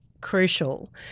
crucial